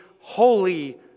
Holy